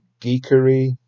geekery